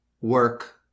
work